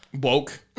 Woke